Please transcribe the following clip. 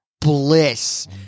bliss